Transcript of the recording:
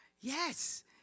yes